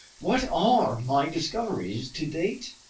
what are my discoveries to date?